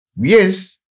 Yes